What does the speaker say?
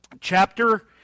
chapter